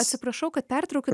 atsiprašau kad pertraukiu